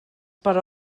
per